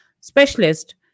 specialist